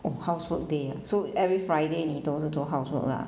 oh housework day ah so every friday 你都是做 housework lah